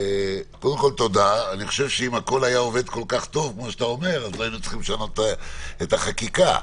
אם הכול היה עובד כל כך טוב לא היינו צריכים לשנות את החקיקה,